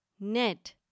net